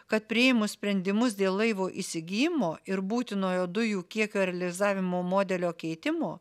kad priėmus sprendimus dėl laivo įsigijimo ir būtinojo dujų kiekio realizavimo modelio keitimo